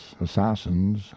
assassins